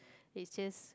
it's just